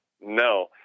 No